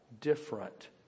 different